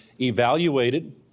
evaluated